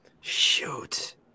Shoot